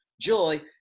joy